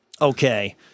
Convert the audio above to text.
Okay